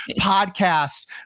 podcast